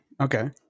Okay